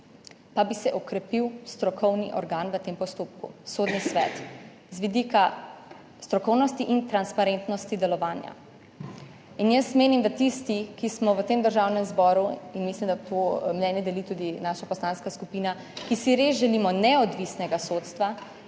pa bi se okrepil strokovni organ v tem postopku, Sodni svet, z vidika strokovnosti in transparentnosti delovanja. Jaz menim, da si tisti, ki smo v tem državnem zboru, in mislim, da to mnenje deli tudi naša poslanska skupina, res želimo neodvisnega sodstva